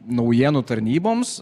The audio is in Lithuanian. naujienų tarnyboms